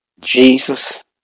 Jesus